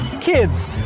kids